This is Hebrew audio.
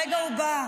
הרגע הוא בא.